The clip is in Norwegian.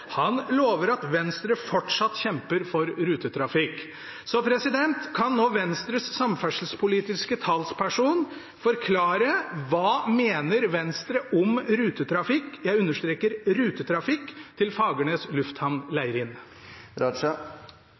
Han lover at Venstre fortsatt kjemper for rutetrafikk. Kan Venstres samferdselspolitiske talsperson nå forklare: Hva mener Venstre om rutetrafikk, jeg understreker rutetrafikk, til Fagernes Lufthavn Leirin?